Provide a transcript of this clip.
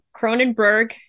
Cronenberg